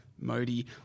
Modi